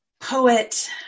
Poet